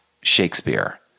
Shakespeare